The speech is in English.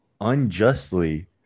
unjustly